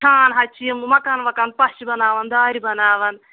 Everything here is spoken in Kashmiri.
چھان حظ چھِ یِم مَکان وَکان پَش چھِ بَناوان دارِ بَناوان